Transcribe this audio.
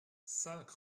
cinq